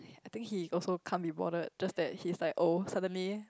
I think he also come with bored just that he's like oh suddenly